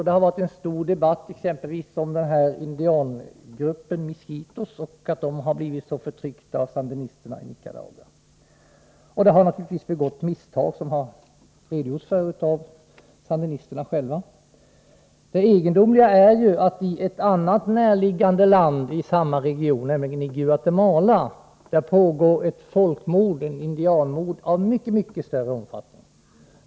Det har debatterats mycket exempelvis om miskitoindianerna, en grupp som blivit mycket förtryckt av sandinisterna i Nicaragua. Självfallet har misstag begåtts. Sandinisterna själva har lämnat redogörelser därvidlag. Det egendomliga är ju att i ett annat närliggande land i samma region, nämligen i Guatemala, pågår ett folkmord av väsentligt större omfattning.